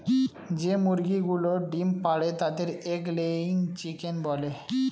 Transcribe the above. যে মুরগিগুলো ডিম পাড়ে তাদের এগ লেয়িং চিকেন বলে